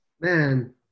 Man